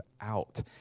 out